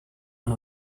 one